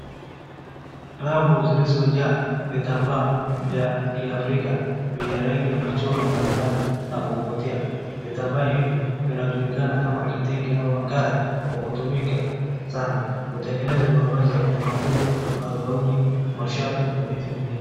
Rafu zilizojaa vitambaa vya kiafrika, ni ya rangi ya michoro mbalimbali na ya kuvutia. Vitambaa hivi vinajulikana kama vitenge au ankara na hutumika sana kutengeneza mavazi ya kutamaduni, magauni, mashati na vitu vingine.